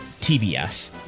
TBS